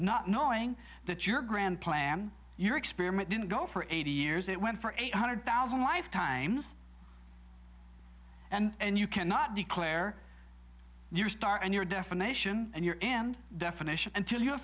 not knowing that your grand plan your experiment didn't go for eighty years it went for eight hundred thousand lifetimes and you cannot declare your star and your definition and your end definition until you